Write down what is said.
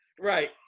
Right